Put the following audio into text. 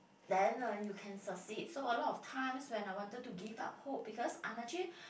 then uh you can succeed so a lot of times when I wanted to give up hope because I'm actually